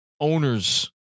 Owners